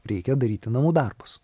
reikia daryti namų darbus